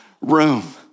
room